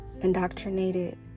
indoctrinated